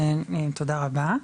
תודה רבה.